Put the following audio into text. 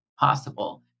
possible